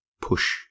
push